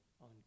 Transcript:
on